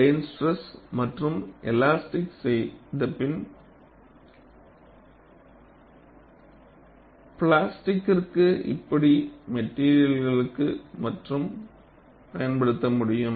plane stress மற்றும் elastic செய்தபின் பிளாஸ்டிக்கிற்கு இப்படியும் மெட்டீரியல்களுக்கு மட்டும் பயன்படுத்த முடியும்